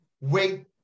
wait